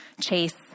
chase